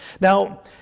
Now